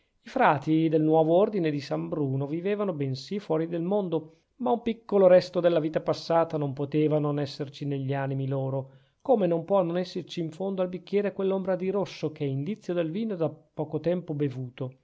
frati del nuovo ordine di san bruno vivevano bensì fuori del mondo ma un piccolo resto della vita passata non poteva non esserci negli animi loro come non può non esserci in fondo al bicchiere quell'ombra di rosso che è indizio del vino da poco tempo bevuto